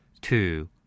Two